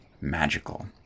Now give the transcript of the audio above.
magical